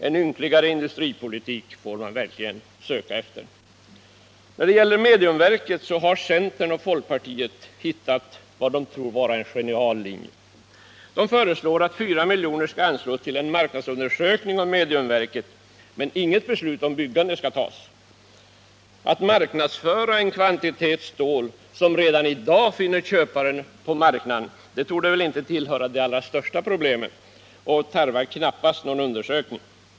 En ynkligare industripolitik kan man knappast tänka sig. När det gäller mediumverket har centern och folkpartiet hittat vad de tror vara en genial linje. De föreslår att 4 milj.kr. skall anslås till en marknadsundersökning om mediumverket, men inget beslut om byggande skall fattas. Att marknadsföra en kvantitet stål som redan i dag finner köpare på marknaden torde väl inte tillhöra de allra största problemen och tarvar knappast någon undersökning.